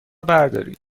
بردارید